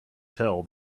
tell